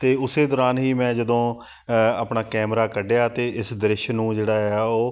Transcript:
ਅਤੇ ਉਸੇ ਦੌਰਾਨ ਹੀ ਮੈਂ ਜਦੋਂ ਆਪਣਾ ਕੈਮਰਾ ਕੱਢਿਆ ਅਤੇ ਇਸ ਦ੍ਰਿਸ਼ ਨੂੰ ਜਿਹੜਾ ਆ ਉਹ